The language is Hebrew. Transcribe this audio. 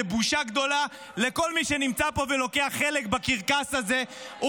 זו בושה גדולה לכל מי שנמצא פה ולוקח חלק בקרקס הזה.